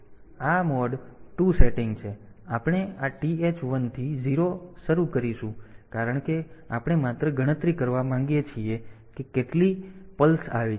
તેથી આ પછી મોડ 2 સેટિંગ છે આપણે આ TH 1 થી 0 શરૂ કરીશું કારણ કે આપણે માત્ર ગણતરી કરવા માંગીએ છીએ કે કેટલી પલ્સ આવી છે